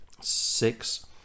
six